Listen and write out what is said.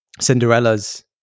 Cinderella's